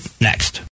next